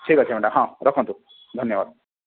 ଠିକ ଅଛି ମ୍ୟାଡ଼ାମ ହଁ ରଖନ୍ତୁ ଧନ୍ୟବାଦ